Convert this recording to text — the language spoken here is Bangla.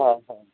হ্যাঁ হ্যাঁ